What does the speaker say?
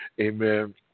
Amen